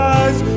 eyes